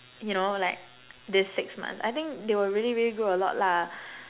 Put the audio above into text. you know like this six months I think they will really really grow a lot lah